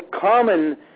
common